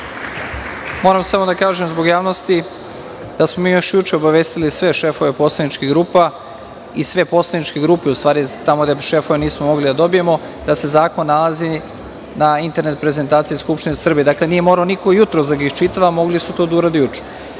Moram samo da kažem zbog javnosti da smo mi još juče obavestili sve šefove poslaničkih grupa i sve poslaničke grupe, u stvari, tamo šefove nismo mogli da dobijemo, da se zakon nalazi na internet prezentaciji Skupštine Srbije. Nije morao niko jutros da ga iščitava, mogli su to da urade juče.